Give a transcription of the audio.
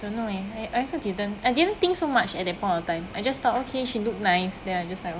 don't know leh I I also didn't I didn't think so much at that point of time I just thought okay she look nice then I just like